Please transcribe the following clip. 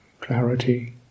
clarity